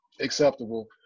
acceptable